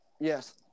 Yes